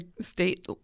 state